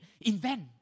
invent